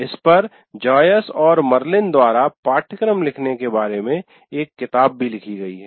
इस पर जॉयस और मर्लिन द्वारा पाठ्यक्रम लिखने के बारे में एक किताब भी लिखी गई है